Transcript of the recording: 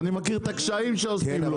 ואני מכיר את הקשיים שעושים לו.